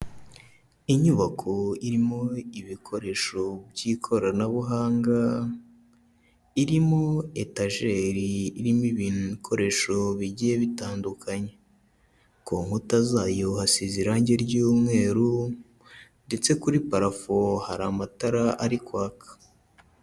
Inyubako irimo ibikoresho by'ikoranabuhanga, irimo etajeri, irimo ibikoresho bigiye bitandukanye, ku nkuta zayo hasize irangi ry'umweru ndetse kuri parafo hari amatara ari kwaka.